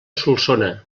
solsona